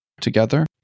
together